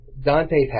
Dante